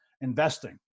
investing